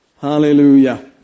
Hallelujah